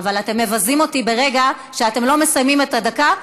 אבל אתם מבזים אותי ברגע שאתם לא מסיימים את הדקה,